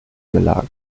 gelagert